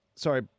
Sorry